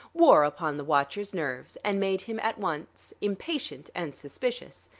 wore upon the watcher's nerves and made him at once impatient and suspicious.